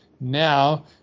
now